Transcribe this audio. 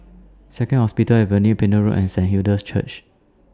Second Hospital Avenue Pender Road and Saint Hilda's Church